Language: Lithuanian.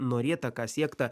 norėta ką siekta